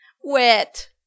wet